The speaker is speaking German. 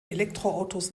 elektroautos